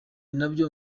nabyo